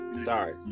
Sorry